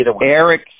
Eric